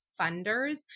funders